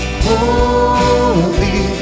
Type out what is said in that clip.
holy